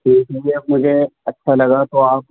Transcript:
ٹھیک ہے جی اب مجھے اچھا لگا تو آپ